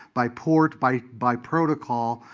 by port, by by protocol,